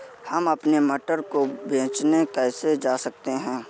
हम अपने मटर को बेचने कैसे जा सकते हैं?